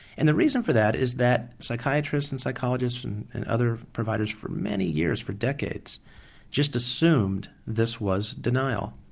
and the reason for that is that psychiatrists and psychologists and other providers for many years for decades just assumed this was denial,